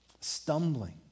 stumbling